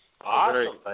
awesome